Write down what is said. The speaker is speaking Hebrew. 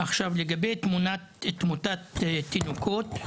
לגבי תמותת תינוקות,